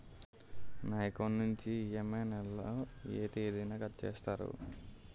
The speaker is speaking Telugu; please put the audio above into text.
నా అకౌంట్ నుండి ఇ.ఎం.ఐ నెల లో ఏ తేదీన కట్ చేస్తారు?